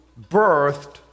birthed